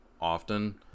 often